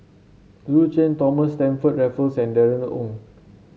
Yu Zhuye Thomas Stamford Raffles and Darrell Ang